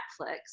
netflix